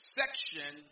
section